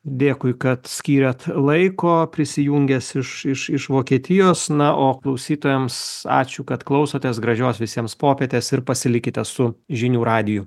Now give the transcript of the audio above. dėkui kad skyrėt laiko prisijungęs iš iš iš vokietijos na o klausytojams ačiū kad klausotės gražios visiems popietės ir pasilikite su žinių radiju